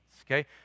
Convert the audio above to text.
okay